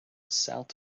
south